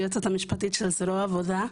היועצת המשפטית של זרוע העבודה.